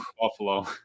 Buffalo